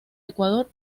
ecuador